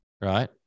right